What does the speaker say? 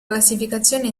classificazione